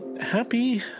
happy